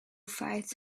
fights